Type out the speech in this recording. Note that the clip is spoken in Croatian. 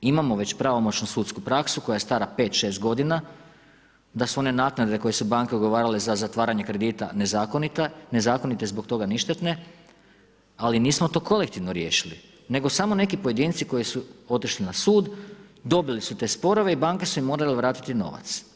Imamo već pravomoćnu sudsku praksu koja je stara 5, 6 g. da su one naknade koje su banke ugovarale za zatvaranje kredita nezakonite, nezakonite i zbog toga ništetne ali nismo to kolektivno riješili nego samo neki pojedinci koji su otišli na sud, dobili su te sporove i banke su im morale vrtiti novac.